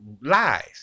Lies